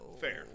Fair